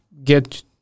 get